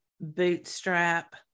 bootstrap